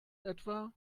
etwa